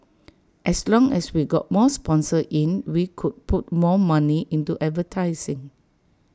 as long as we got more sponsors in we could put more money into advertising